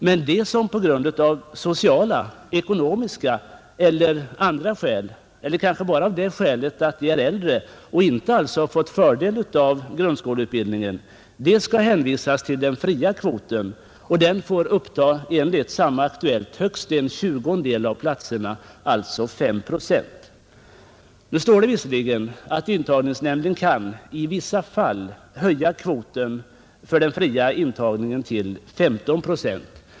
Men de som på grund av sociala, ekonomiska eller andra skäl — kanske bara av det skälet att de är äldre — inte har fått fördelen av grundskoleutbildning skall hänvisas till den fria kvoten som får uppta högst en tjugondel av platserna, alltså 5 procent. Nu står det visserligen att intagningsnämnden i vissa fall kan höja kvoten för den fria intagningen till 15 procent.